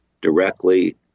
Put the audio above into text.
directly